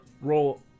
roll